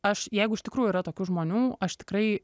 aš jeigu iš tikrųjų yra tokių žmonių aš tikrai